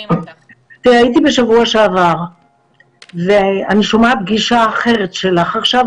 הייתי בשבוע שעבר ואני שומעת גישה אחרת שלך עכשיו,